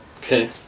Okay